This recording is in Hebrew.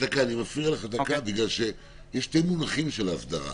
אני מפריע לך מאחר ויש שני מונחים של ההסדרה.